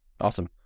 Awesome